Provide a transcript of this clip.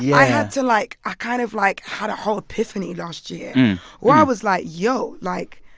yeah i had to, like i kind of, like, had a whole epiphany last year where i was like yo, like,